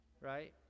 right